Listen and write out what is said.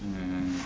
mmhmm